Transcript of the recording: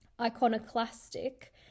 iconoclastic